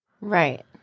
Right